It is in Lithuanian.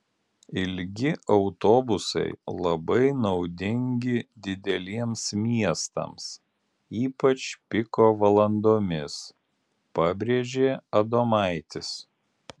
ilgi autobusai labai naudingi dideliems miestams ypač piko valandomis pabrėžė adomaitis